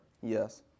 Yes